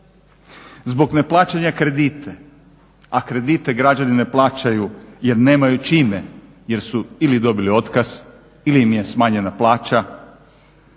zbog neplaćanja kredita, a kredite građani ne plaćaju jer nemaju čime, jer su ili dobili otkaz ili im je smanjena plaća